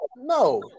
No